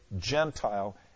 Gentile